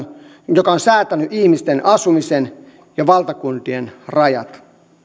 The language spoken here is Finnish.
joka on säätänyt ihmisten asumisen ja valtakuntien rajat